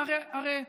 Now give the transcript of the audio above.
הרי,